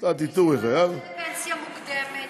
ואלה שיצאו לפנסיה מוקדמת?